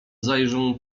zajrzę